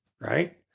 right